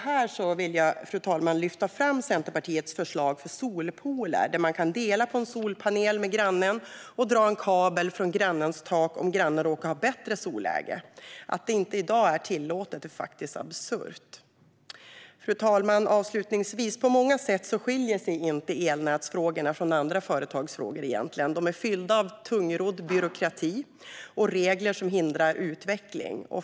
Här vill jag lyfta fram Centerpartiets förslag om solpooler där man kan dela en solpanel med grannen och dra en kabel från grannens tak om grannen råkar ha bättre solläge. Att det inte är tillåtet i dag är faktiskt absurt. Fru talman! På många sätt skiljer sig inte elnätsfrågorna från andra företagsfrågor. De är fyllda med tungrodd byråkrati och regler som hindrar utveckling.